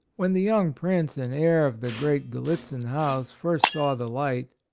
when the young prince and heir of the great gallitzin house first saw the light,